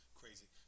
crazy